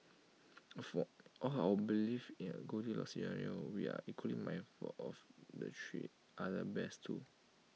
for all our belief in A goldilocks scenario we are equally mindful of the three bears too